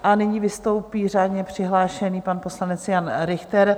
A nyní vystoupí řádně přihlášený pan poslanec Jan Richter.